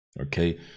okay